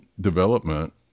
development